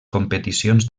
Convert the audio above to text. competicions